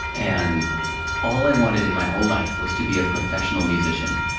and all i wanted in my whole life, was to be a professional musician.